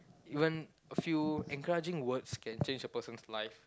even a few encouraging words can change a person's life